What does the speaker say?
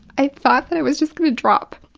i thought that i was just going to drop.